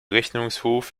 rechnungshof